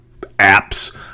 apps